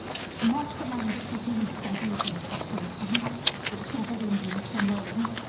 he masterminded the huge body of legislation that severed england from rome,